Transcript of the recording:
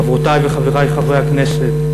חברותי וחברי חברי הכנסת,